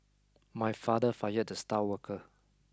my father fired the star worker